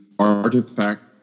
Artifact